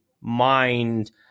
mind